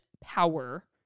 power